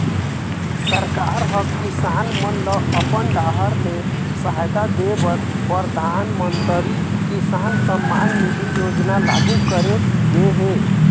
सरकार ह किसान मन ल अपन डाहर ले सहायता दे बर परधानमंतरी किसान सम्मान निधि योजना लागू करे गे हे